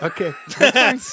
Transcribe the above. Okay